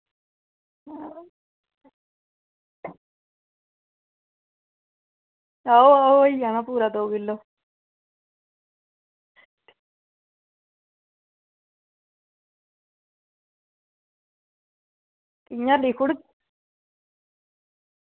आओ आओ होई जाना पूरा दो किल्लो इ'यां लिखी ओड़